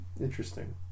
interesting